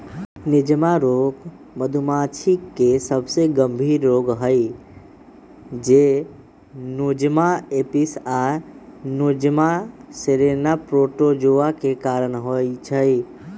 Nosema रोग मधुमाछी के सबसे गंभीर रोग हई जे नोज़ेमा एपिस आ नोज़ेमा सेरेने प्रोटोज़ोआ के कारण होइ छइ